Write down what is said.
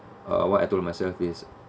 uh what I told myself is